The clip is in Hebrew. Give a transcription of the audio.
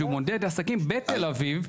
שהוא מודד עסקים בתל אביב,